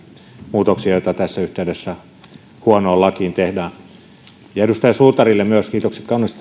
muutoksia joita tässä yhteydessä huonoon lakiin tehdään edustaja suutarille myös kiitokset